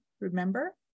Remember